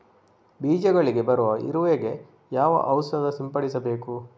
ಬೀಜಗಳಿಗೆ ಬರುವ ಇರುವೆ ಗೆ ಯಾವ ಔಷಧ ಸಿಂಪಡಿಸಬೇಕು?